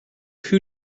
who